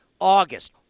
August